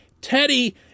Teddy